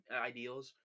ideals